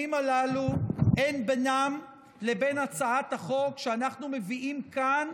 אין בינם לבין הצעת החוק שאנחנו מביאים כאן,